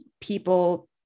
people